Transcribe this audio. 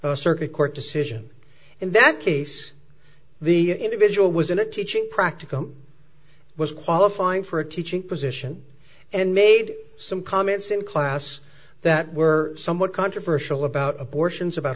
circuit court decision in that case the individual was in a teaching practicum was qualifying for a teaching position and made some comments in class that were somewhat controversial about abortions about